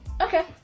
Okay